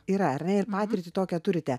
yra ar ne ir patirtį tokią turite